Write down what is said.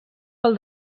pel